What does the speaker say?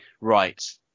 right